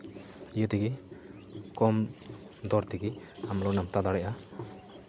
ᱤᱭᱟᱹ ᱛᱮᱜᱮ ᱠᱚᱢ ᱫᱚᱨ ᱛᱮᱜᱮ ᱟᱢ ᱞᱳᱱ ᱮᱢ ᱦᱟᱛᱟᱣ ᱫᱟᱲᱮᱜᱼᱟ